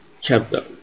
chapter